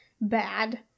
bad